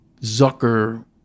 zucker